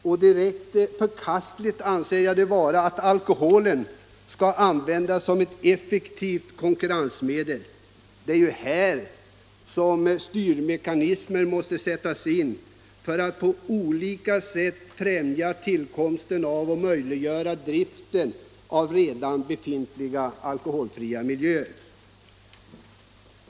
Direkt förkastligt anser jag det vara att alkoholen används som ett effektivt konkurrensmedel. Här måste vi sätta in styrmekanismer, som på olika sätt främjar tillkomsten av alkoholfria miljöer och som möjliggör driften av redan befintliga sådana.